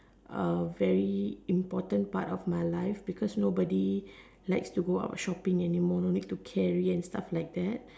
a very important part of my life because nobody likes to go out shopping anymore no need to care already and stuff like that